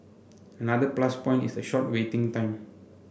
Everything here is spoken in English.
another plus point is the short waiting time